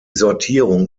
sortierung